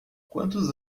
quantos